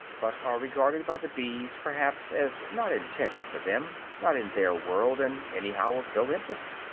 but are regarded by the bees perhaps as not intended for them, not in their world, and anyhow of no interest.